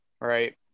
Right